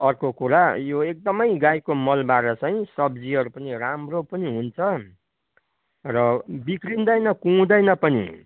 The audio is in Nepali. अर्को कुरा यो एकदमै गाईको मलबार चाहिँ सब्जीहरू पनि राम्रो पनि हुन्छ र बिग्रिँदैन कुहिँदैन पनि